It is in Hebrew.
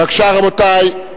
בבקשה, רבותי.